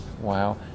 Wow